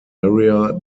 area